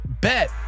bet